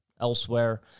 elsewhere